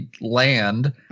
land